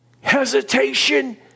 hesitation